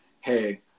hey